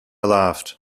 laughed